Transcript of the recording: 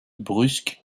brusque